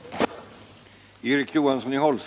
ö C